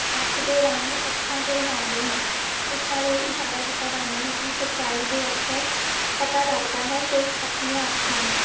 ਅੱਖ ਦੇ ਰੰਗ ਅੱਖਾਂ 'ਚ ਹੀ ਆਉਂਦੇ ਹਨ ਇਸ ਨਾਲ ਇਹ ਇਸ਼ਾਰਾ ਕੀਤਾ ਜਾਂਦਾ ਹੈ ਕਿ ਸੱਚਾਈ ਦੇ ਅਕਸਰ ਪਤਾ ਲੱਗਦਾ ਹੈ ਸਿਰਫ ਆਪਣੀਆਂ ਅੱਖਾਂ ਨਾਲ